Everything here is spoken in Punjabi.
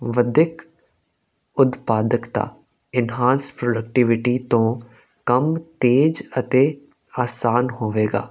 ਵਧੀਕ ਉਤਪਾਦਕਤਾ ਇਨਹਾਂਸ ਪ੍ਰੋਡਕਟੀਵਿਟੀ ਤੋਂ ਕੰਮ ਤੇਜ਼ ਅਤੇ ਆਸਾਨ ਹੋਵੇਗਾ